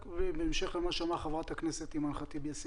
בהמשך למה שאמרה חברת הכנסת אימאן ח'טיב יאסין.